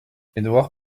édouard